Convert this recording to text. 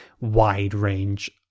wide-range